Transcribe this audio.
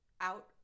out